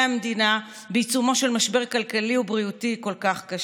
המדינה בעיצומו של משבר כלכלי ובריאותי כל כך קשה.